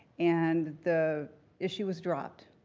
and the issue was dropped,